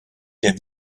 der